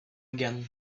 again